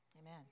Amen